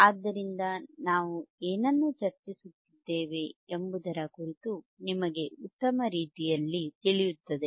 ಆದ್ದರಿಂದ ನಾವು ಏನನ್ನು ಚರ್ಚಿಸುತ್ತಿದ್ದೇವೆ ಎಂಬುದರ ಕುರಿತು ನಿಮಗೆ ಉತ್ತಮ ರೀತಿಯಲ್ಲಿ ತಿಳಿಯುತ್ತದೆ